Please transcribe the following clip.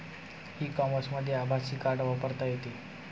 E कॉमर्समध्ये आभासी card वापरता येते